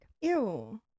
Ew